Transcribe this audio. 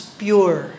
pure